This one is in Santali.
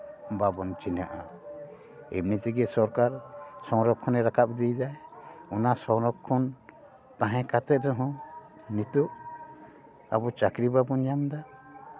ᱵᱟᱵᱚᱱ ᱪᱤᱱᱦᱟᱹᱜᱼᱟ ᱤᱱᱟᱹ ᱛᱮᱜᱮ ᱥᱚᱨᱠᱟᱨ ᱥᱚᱝᱨᱚᱠᱠᱷᱚᱱᱮ ᱨᱟᱠᱟᱵ ᱤᱫᱤ ᱭᱮᱫᱟᱭ ᱚᱱᱟ ᱥᱚᱝᱨᱚᱠᱠᱷᱚᱱ ᱛᱟᱦᱮᱸ ᱠᱟᱛᱮᱜ ᱨᱮᱦᱚᱸ ᱱᱤᱛᱚᱜ ᱟᱵᱚ ᱪᱟᱹᱠᱨᱤ ᱵᱟᱵᱚᱱ ᱧᱟᱢᱫᱟ